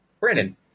Brandon